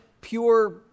pure